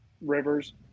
rivers